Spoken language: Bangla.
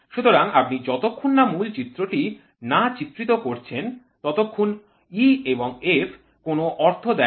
সুতরাং আপনি যতক্ষণনা মূল চিত্রটি না চিত্রিত করছেন ততক্ষণে এই E এবং F কোন অর্থ দেয় না